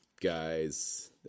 guys